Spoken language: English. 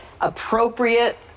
appropriate